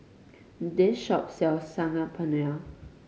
this shop sells Saag Paneer